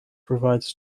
provides